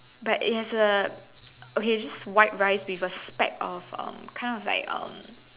but it has a okay just white rice with a speck of um kind of like um